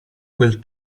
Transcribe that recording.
quel